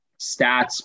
stats